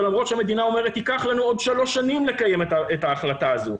ולמרות שהמדינה אומרת שייקח להם עוד שלוש שנים לקיים את ההחלטה הזו.